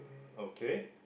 okay